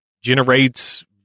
generates